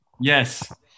Yes